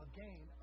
Again